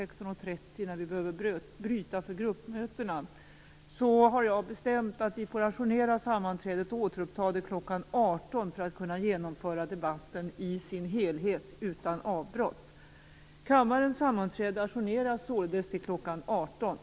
16.30 när vi behöver bryta för gruppmötena så har jag bestämt att vi får ajournera sammanträdet för att kunna genomföra debatten i sin helhet utan avbrott. Kammarens sammanträde ajourneras således till kl. 18.00.